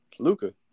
Luca